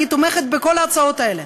אני תומכת בכל ההצעות האלה.